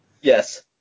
Yes